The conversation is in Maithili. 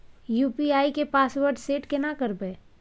यु.पी.आई के पासवर्ड सेट केना करबे?